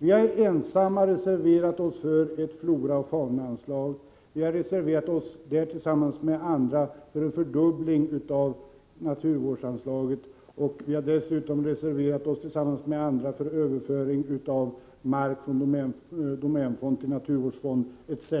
Vi har ensamma reserverat oss för ett floraoch faunaanslag, vi har reserverat oss tillsammans med andra för en fördubbling av naturvårdsanslaget och dessutom för överföring av mark från domänfond till naturvårdsfond etc.